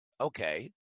Okay